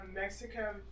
Mexico